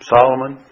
Solomon